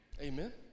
Amen